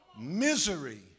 Misery